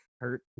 hurt